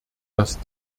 dass